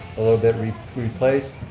a little bit replaced.